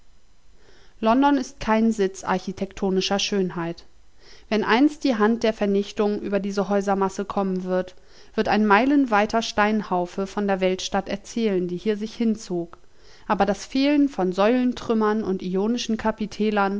london ist kein sitz architektonischer schönheit wenn einst die hand der vernichtung über diese häusermasse kommen wird wird ein meilenweiter steinhaufe von der weltstadt erzählen die hier sich hinzog aber das fehlen von säulentrümmern und ionischen